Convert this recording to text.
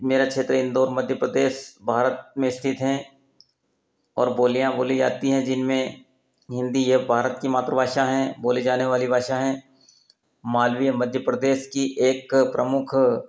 मेरा क्षेत्र इंदौर मध्य प्रदेश भारत में स्थित हैं और बोलियाँ बोली जाती हैं जिनमें हिन्दी यह भारत की मातृभाषा हैं बोली जाने वाली भाषा हैं मालवी मध्य प्रदेश की एक प्रमुख